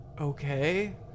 Okay